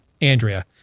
Andrea